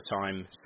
time